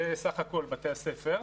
זה סך הכול בתי הספר.